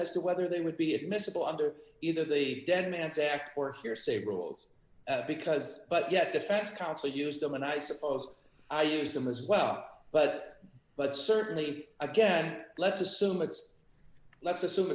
as to whether they would be admissible under either they dead man's act or hearsay rules because but yet the facts council used them and i suppose i used them as well but but certainly again let's assume it's let's assume